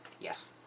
Yes